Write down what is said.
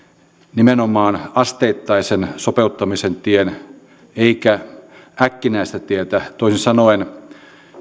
nimenomaan asteittaisen sopeuttamisen tien eikä äkkinäistä tietä toisin sanoen